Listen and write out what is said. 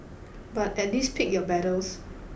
but at least pick your battles